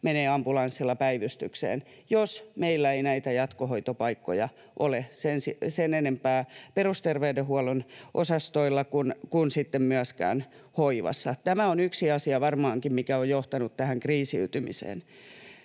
menee ambulanssilla päivystykseen — jos meillä ei näitä jatkohoitopaikkoja ole sen enempää perusterveydenhuollon osastoilla kuin sitten myöskään hoivassa. Tämä on varmaankin yksi asia, mikä on johtanut tähän kriisiytymiseen.